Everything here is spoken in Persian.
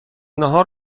ناهار